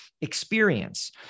experience